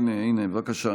הינה בבקשה,